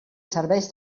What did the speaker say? serveix